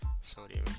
sodium